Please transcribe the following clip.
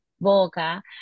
boca